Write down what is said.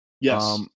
Yes